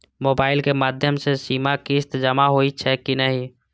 Mobile के माध्यम से सीमा किस्त जमा होई छै कि नहिं?